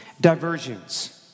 diversions